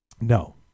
No